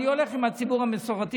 אני הולך עם הציבור המסורתי,